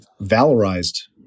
valorized